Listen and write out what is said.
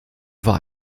war